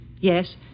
Yes